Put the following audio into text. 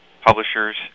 publishers